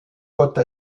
côte